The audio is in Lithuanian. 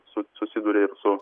su susiduria ir su